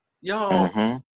y'all